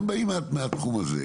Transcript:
הם באים מהתחום הזה.